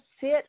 sit